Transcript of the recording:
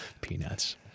Peanuts